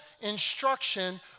instruction